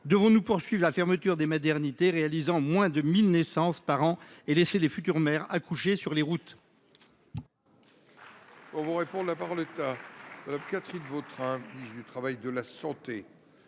Devons nous poursuivre la fermeture des maternités réalisant moins de 1 000 naissances par an et laisser tant de femmes accoucher sur les routes ?